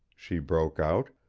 she broke out,